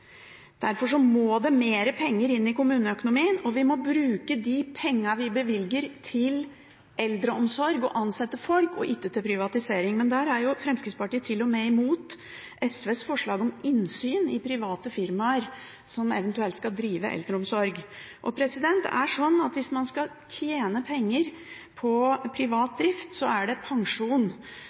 Derfor må det mer penger inn i kommuneøkonomien, og vi må bruke pengene vi bevilger til eldreomsorg, til å ansette folk – ikke til privatisering. Fremskrittspartiet er til og med imot SVs forslag om innsyn i private firmaer som eventuelt skal drive eldreomsorg. Hvis man skal tjene penger på privat drift, handler det om pensjon